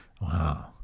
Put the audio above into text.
Wow